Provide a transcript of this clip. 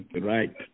Right